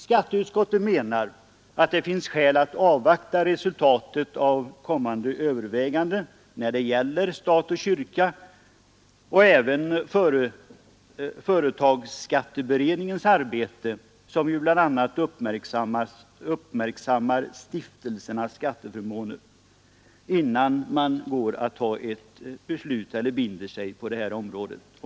Skatteutskottet menar att det finns skäl att avvakta resultatet av kommande övervägande när det gäller stat och kyrka och även företagsskatteberedningens arbete, som bl.a. uppmärksammar stiftelsernas skatteförmåner innan man binder sig för åtgärder på det här området.